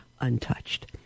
untouched